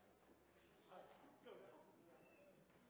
er et stort